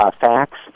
facts